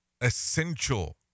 essential